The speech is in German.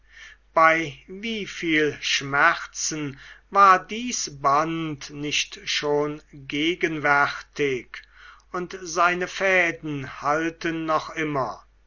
bei wieviel schmerzen war dies band nicht schon gegenwärtig und seine fäden halten noch immer